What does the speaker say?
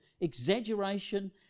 exaggeration